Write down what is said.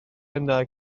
yna